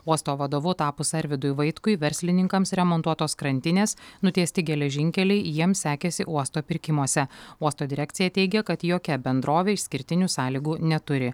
uosto vadovu tapus arvydui vaitkui verslininkams remontuotos krantinės nutiesti geležinkeliai jiems sekėsi uosto pirkimuose uosto direkcija teigia kad jokia bendrovė išskirtinių sąlygų neturi